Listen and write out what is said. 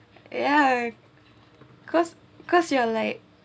ya cause cause you are like